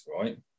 right